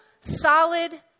solid